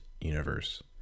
universe